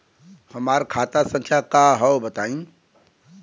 हमार खाता संख्या का हव बताई?